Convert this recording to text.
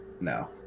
No